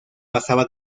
pasaba